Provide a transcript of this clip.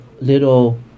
little